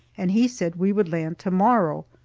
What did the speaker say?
and he said we would land to-morrow.